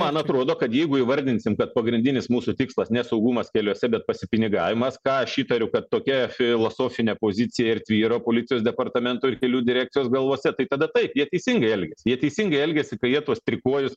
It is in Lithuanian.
man atrodo kad jeigu įvardinsim kad pagrindinis mūsų tikslas ne saugumas keliuose bet pasipinigavimas ką aš įtariu kad tokia filosofinė pozicija ir tvyro policijos departamento ir kelių direkcijos galvose tai tada tai jie teisingai elgiasi jie teisingai elgiasi kai jie tuos trikojus